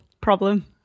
problem